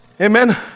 Amen